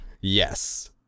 Yes